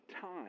time